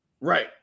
right